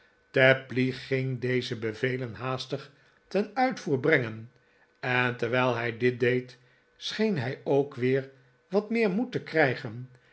tapley ging deze bevelen haastig ten uitvoer brengen en terwijl hij dit deed scheen hij ook weer wat meer moed te krijgen